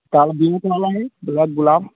black गुलाब